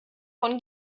von